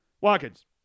Watkins